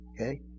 Okay